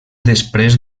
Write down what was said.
després